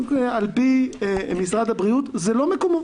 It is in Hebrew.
ועל פי משרד הבריאות זה לא מקומו.